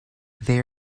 they